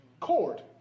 court